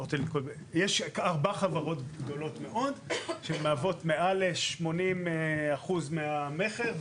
יש ארבע חברות גדולות מאוד שהן מוות מעל 80% מהמכר,